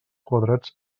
quadrats